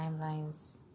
timelines